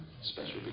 Special